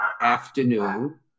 afternoon